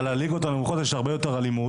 אבל בליגות הנמוכות יש הרבה יותר אלימות,